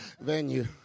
venue